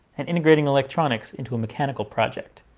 and integrating electronics into a mechanical project.